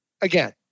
again